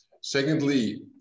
secondly